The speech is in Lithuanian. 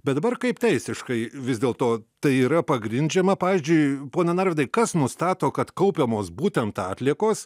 bet dabar kaip teisiškai vis dėl to tai yra pagrindžiama pavyzdžiui pone narvydai kas nustato kad kaupiamos būtent atliekos